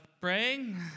Praying